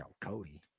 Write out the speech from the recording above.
Cody